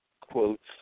quotes